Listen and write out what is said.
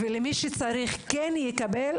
כדי שמי שצריך כן יקבל,